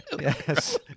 Yes